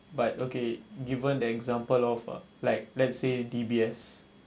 but okay given that example of a like let's say D_B_S